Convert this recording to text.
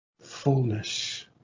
fullness